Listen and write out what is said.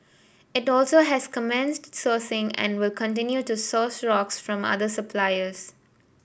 it also has commenced sourcing and will continue to source rocks from other suppliers